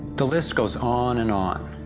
the list goes on and on.